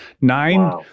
Nine